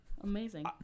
Amazing